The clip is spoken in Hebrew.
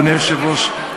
אדוני היושב-ראש,